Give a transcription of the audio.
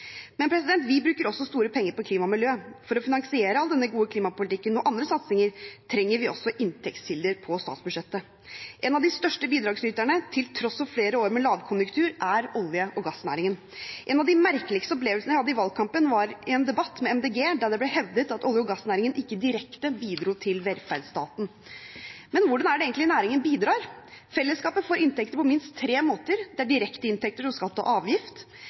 Vi bruker også store penger på klima og miljø. For å finansiere all denne gode klimapolitikken og andre satsinger trenger vi også inntektskilder på statsbudsjettet. En av de største bidragsyterne, til tross for flere år med lavkonjunktur, er olje- og gassnæringen. En av de merkeligste opplevelsene jeg hadde i valgkampen, var i en debatt med Miljøpartiet De Grønne, der det ble hevdet at olje- og gassnæringen «ikke direkte» bidro til velferdsstaten. Men hvordan er det egentlig næringen bidrar? Fellesskapet får inntekter på minst tre måter: Det er direkte inntekter, som skatter og